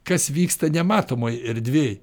kas vyksta nematomoj erdvėj